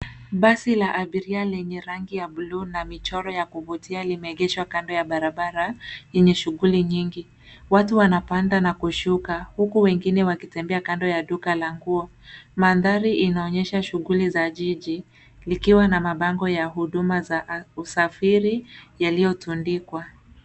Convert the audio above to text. Basi la abiria lenye rangi ya buluu na michoro ya kuvutia limegeeshwa kando ya barabara yenye shughuli nyingi. Watu wanapanda na kushuka, huku wengine wakitembea kando ya duka la nguo. Mandhari inaonyesha shughuli za jiji likiwa na mabango ya huduma za usafiri yaliotundikwa.